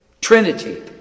Trinity